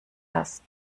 das